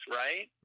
right